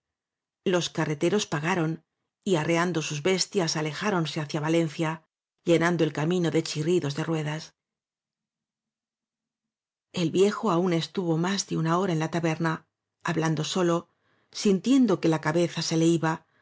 los carreteros pagaron y arreando sus bestias alejáronse hacia valencia llenando el camino de chirridos de ruedas el viejo aún estuvo más de una hora enla taberna hablando solo sintiendo que la cabeza se le iba